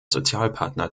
sozialpartner